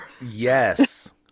Yes